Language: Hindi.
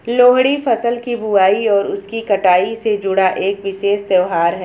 लोहड़ी फसल की बुआई और उसकी कटाई से जुड़ा एक विशेष त्यौहार है